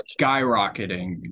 skyrocketing